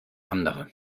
andere